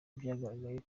byagaragaye